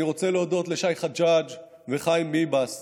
אני רוצה להודות לשי חג'ג' וחיים ביבס,